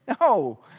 No